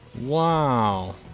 Wow